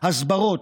הסברות,